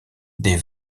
des